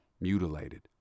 mutilated